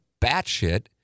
batshit